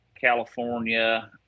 California